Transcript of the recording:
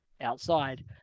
outside